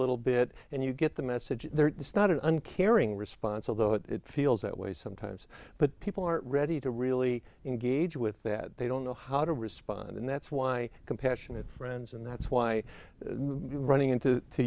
little bit and you get the message not an uncaring response although it feels that way sometimes but people aren't ready to really engage with that they don't know how to respond and that's why compassionate friends and that's why running into to